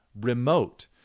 remote